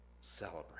Celebrate